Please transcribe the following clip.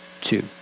two